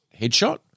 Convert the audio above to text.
headshot